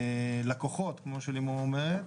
לקוחת כמו שלימור אומרת,